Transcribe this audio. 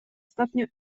stopniu